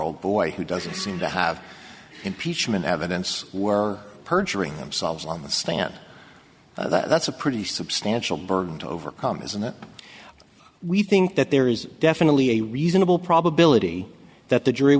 old boy who doesn't seem to have impeachment evidence were perjuring themselves on the stand that's a pretty substantial burden to overcome isn't it we think that there is definitely a reasonable probability that the jury